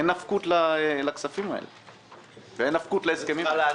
אין נפקות לכספים הללו ואין נפקות להסכמים הללו.